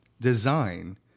design